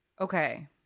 Okay